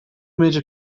major